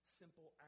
simple